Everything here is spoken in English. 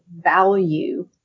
value